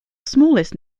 smallest